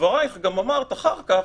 בדברייך גם אמרת אחר כך...